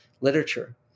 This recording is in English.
literature